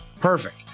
Perfect